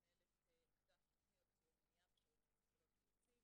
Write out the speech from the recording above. אני מנהלת אגף תוכניות סיוע ומניעה בשירות הפסיכולוגי הייעוצי,